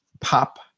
pop